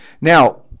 Now